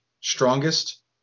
strongest